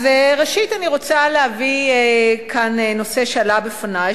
אז ראשית אני רוצה להביא כאן נושא שעלה בפני,